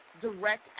direct